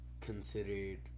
considered